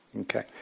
Okay